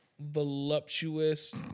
voluptuous